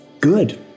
good